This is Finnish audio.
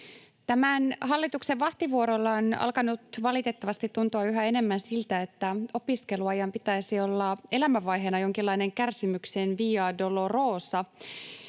Tämän hallituksen vahtivuorolla on alkanut valitettavasti tuntua yhä enemmän siltä, että opiskeluajan pitäisi olla elämänvaiheena jonkinlainen kärsimyksien via dolorosa.